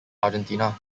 argentina